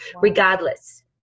regardless